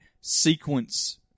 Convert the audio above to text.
sequence